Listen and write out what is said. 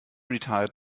retired